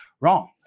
Wrong